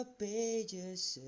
pages